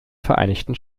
vereinigten